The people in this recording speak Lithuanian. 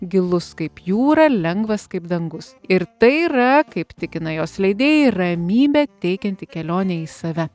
gilus kaip jūra lengvas kaip dangus ir tai yra kaip tikina jos leidėjai ramybę teikianti kelionė į save